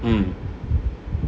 mm